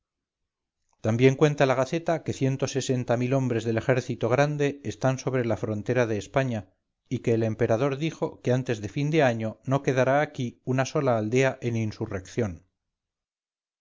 también cuenta la gaceta que ciento sesenta mil hombres del ejército grande están sobre la frontera de españa y que el emperador dijo que antes de fin de año no quedará aquí una sola aldea en insurrección